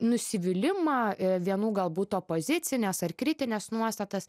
nusivylimą vienų galbūt opozicines ar kritines nuostatas